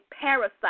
parasite